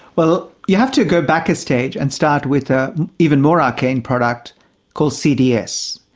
well you have to go back a stage and start with an even more arcane product called cds.